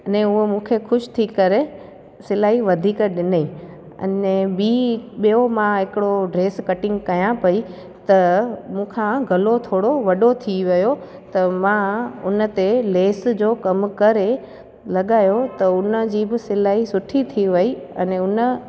अने उहो मूंखे ख़ुशि थी करे सिलाई वधीक ॾिनई अने ॿी हिकु ॿियो मां हिकिड़ो ड्रैस कटिंग कयां पई त मूंखां गलो थोरो वॾो थी वियो त मां उन ते लेस जो कमु करे लॻायो त हुन जी बि सिलाई सुठी थी वई अने उन